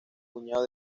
puñado